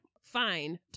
Fine